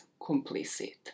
complicit